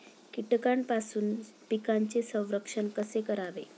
कीटकांपासून पिकांचे संरक्षण कसे करावे?